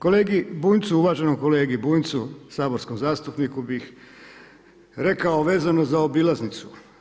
Kolegi Bunjcu, uvaženom kolegi Bunjcu, saborskom zastupniku bih rekao vezano za obilaznicu.